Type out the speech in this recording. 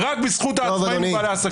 זה קורה רק בזכות העצמאים ובעלי העסקים.